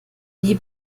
wie